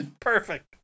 Perfect